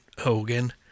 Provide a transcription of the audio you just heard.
Hogan